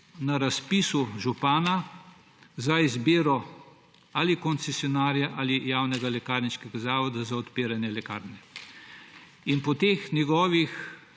ni bil zanimiv za izbiro ali koncesionarja ali javnega lekarniškega zavoda za odpiranje lekarne. Po teh njegovih,